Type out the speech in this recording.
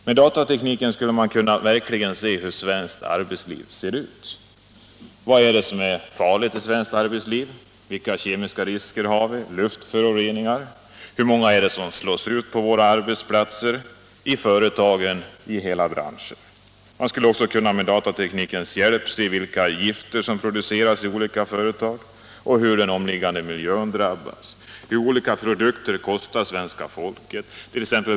Med datatekniken skulle man kunna se hur svenskt arbetsliv verkligen ser ut, vad som är farligt i arbetslivet, vilka risker och luftföroreningar vi har där, hur många som slås ut på arbetsplatserna, i företagen och i hela branscher osv. Med datateknikens hjälp skulle man också kunna se vilka gifter som produceras i olika företag och hur den omgivande miljön drabbas samt vad olika produkter —t.ex.